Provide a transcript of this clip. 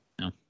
No